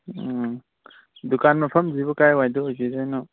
ꯎꯝ ꯗꯨꯀꯥꯟ ꯃꯐꯝꯁꯤꯕꯨ ꯀꯗꯥꯏ ꯋꯥꯏꯗ ꯑꯣꯏꯕꯤꯗꯣꯏꯅꯣ